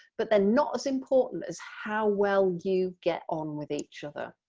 but they're not as important as how well you get on with each other.